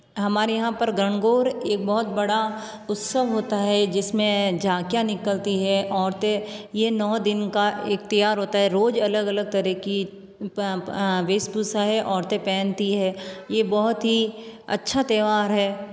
हमारे यहाँ पर गणगौर एक बहुत बड़ा उत्सव होता है जिस में झांकियाँ निकलती है औरतें ये नौ दिन का एक त्यौहार होता है रोज़ अलग अलग तरह की वेशभूषाएं औरतें पहनती हैं ये बहुत ही अच्छा त्यौहार है